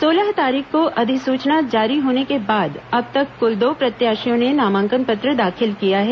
सोलह तारीख को अधिसूचना जारी होने के बाद अब तक क्ल दो प्रत्याशियों ने नामांकन पत्र दाखिल किया है